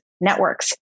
networks